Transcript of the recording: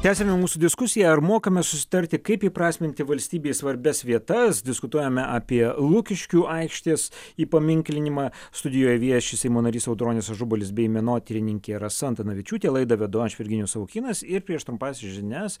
tęsiame mūsų diskusiją ar mokame susitarti kaip įprasminti valstybei svarbias vietas diskutuojame apie lukiškių aikštės įpaminklinimą studijoje vieši seimo narys audronius ažubalis bei menotyrininkė rasa antanavičiūtė laidą vedu aš virginijus savukynas ir prieš trumpas žinias